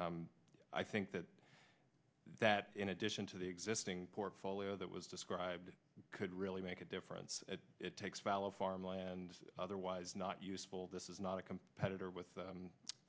biomass i think that that in addition to the existing portfolio that was described could really make a difference it takes fallow farmland and otherwise not useful this is not a competitor with